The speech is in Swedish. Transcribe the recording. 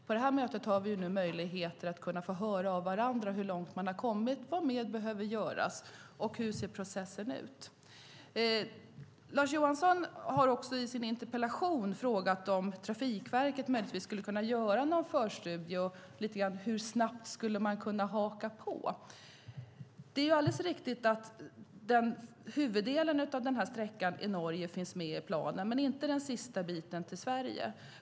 På det här mötet har vi möjlighet att få höra av varandra hur långt man har kommit och vad mer som behöver göras och hur processen ser ut. Lars Johansson har också i sin interpellation frågat om Trafikverket möjligtvis skulle kunna göra en förstudie och lite grann hur snabbt man skulle kunna haka på. Det är alldeles riktigt att huvuddelen av den här sträckan i Norge finns med i planen, men inte den sista biten till Sverige.